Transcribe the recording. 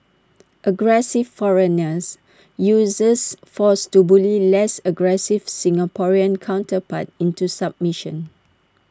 aggressive foreigners uses force to bully less aggressive Singaporean counterpart into submission